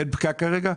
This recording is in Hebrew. אין פקק כרגע?